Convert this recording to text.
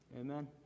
Amen